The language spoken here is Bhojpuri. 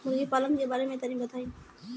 मुर्गी पालन के बारे में तनी बताई?